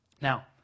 Now